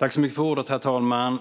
Herr talman!